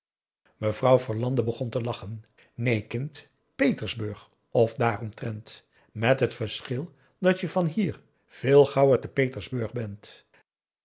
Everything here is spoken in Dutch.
mevrouw verlande begon te lachen neen kind petersburg of daaromtrent met het verschil dat je van hier veel gauwer te petersburg bent